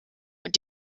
und